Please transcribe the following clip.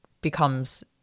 becomes